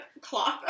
Cloth